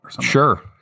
Sure